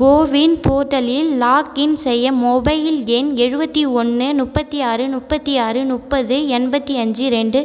CoWIN போர்ட்டலில் login செய்ய mobile எண் எழுபத்தியொன்னு முப்பத்தியாறு முப்பத்தியாறு முப்பது எண்பத்தி அஞ்சு ரெண்டு